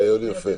רעיון יפה.